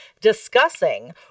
discussing